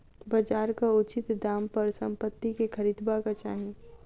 बजारक उचित दाम पर संपत्ति के खरीदबाक चाही